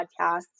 podcasts